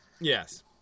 Yes